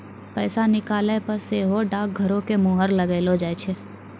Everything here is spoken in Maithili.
पैसा निकालला पे सेहो डाकघरो के मुहर लगैलो जाय छै